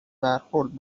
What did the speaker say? برخورد